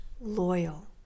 loyal